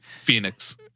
Phoenix